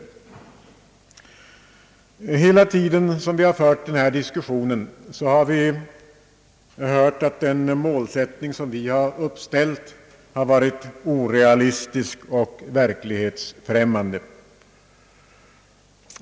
Under hela den tid som denna diskussion förts har vi hört att den målsättning som vi uppställt varit orealistisk och verklighetsfrämmande.